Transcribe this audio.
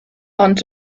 ond